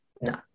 no